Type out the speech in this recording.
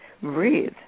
breathe